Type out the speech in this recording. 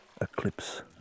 Eclipse